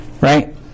Right